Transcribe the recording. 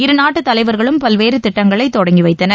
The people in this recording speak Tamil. இரு நாட்டு தலைவர்களும் பல்வேறு திட்டங்களை தொடங்கி வைத்தனர்